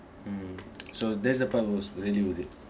mm so that's the part was really worth it